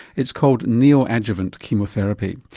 it's called neoadjuvant chemotherapy.